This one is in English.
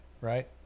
right